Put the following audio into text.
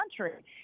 country